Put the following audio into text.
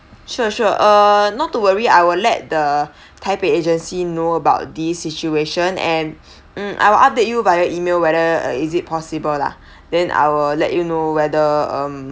sure sure uh not to worry I will let the taipei agency know about these situation and I will update you via email whether is it possible lah then I will let you know whether um